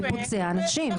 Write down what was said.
ופוצע אנשים.